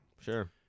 Sure